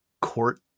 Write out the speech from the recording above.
court